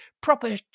proper